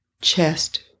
chest